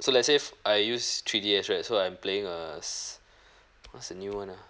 so let's say if I use three D_S right so I'm playing err what's the new one uh